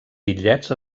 bitllets